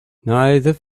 neither